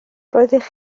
roeddech